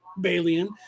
balian